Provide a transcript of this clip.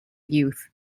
youth